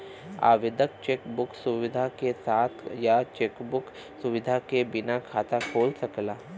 आवेदक cheque book क सुविधा के साथ या चेक बुक सुविधा के बिना खाता खोल सकला